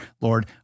Lord